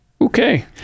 okay